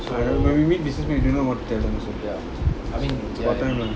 I when when we meet businessman we don't know what to tell them also so it's important lah